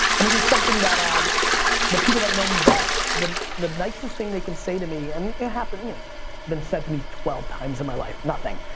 and this is something that um the people that know me best, the the nicest thing they can say to me, and it happens, you know, it's been said to me twelve times in my life, nothing,